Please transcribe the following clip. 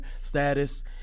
status